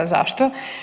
Zašto?